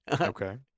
Okay